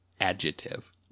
Adjective